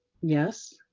Yes